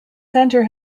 centre